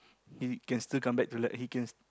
he can still come back to like he can